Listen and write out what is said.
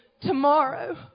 Tomorrow